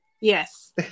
Yes